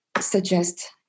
suggest